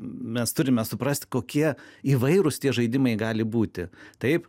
mes turime suprasti kokie įvairūs tie žaidimai gali būti taip